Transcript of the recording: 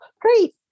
Great